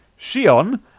Shion